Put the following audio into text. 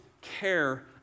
care